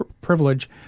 privilege